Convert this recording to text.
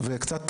וקצת תקנות,